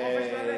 חופש ללכת.